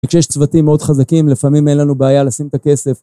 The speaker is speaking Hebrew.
וכשיש צוותים מאוד חזקים, לפעמים אין לנו בעיה לשים את הכסף.